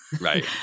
right